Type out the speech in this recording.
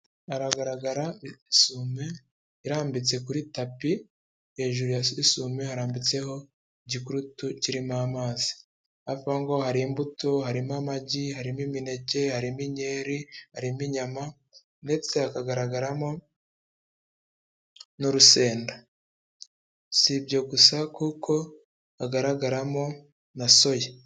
hagaragara isume irambitse kuri tapi hejuru y'isume harambitseho ikigurude kirimo amazi hafi aho hari imbuto harimo amagi harimo imineke harimo inyeri arimo inyama ndetse hakagaragaramo n'urusenda si ibyo gusa kuko hagaragaramo na soya